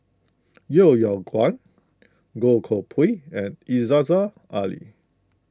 Yeo Yeow Kwang Goh Koh Pui and Aziza Ali